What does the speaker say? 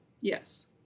Yes